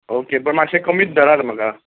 okay पूण मातशे कमीच धरात म्हाका